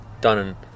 done